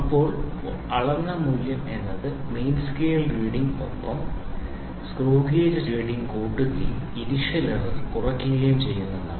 അപ്പോൾ അളന്ന മൂല്യം എന്നത് മെയിൻ സ്കെയിൽ റീഡിങ് ഒപ്പം സ്ക്രൂ ഗേജ് റീഡിങ് കൂട്ടുകയും ഇനിഷ്യൽ എറർ കുറക്കുകയും ചെയ്യുന്നതാണ്